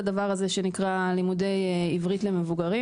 הדבר הזה שנקרא לימודי עברית למבוגרים,